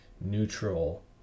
neutral